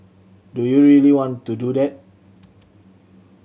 do you really want to do that